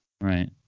Right